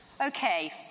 okay